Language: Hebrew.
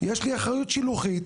יש לי אחריות שלוחית,